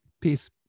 Peace